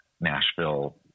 Nashville